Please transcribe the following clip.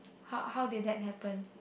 how how did that happen